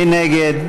מי נגד?